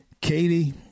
Katie